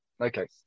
okay